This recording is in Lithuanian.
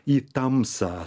į tamsą